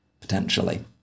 potentially